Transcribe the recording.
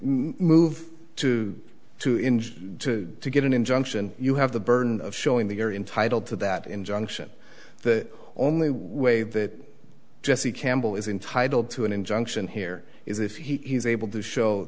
move to two inches to get an injunction you have the burden of showing the are entitled to that injunction the only way that jesse campbell is entitled to an injunction here is if he's able to show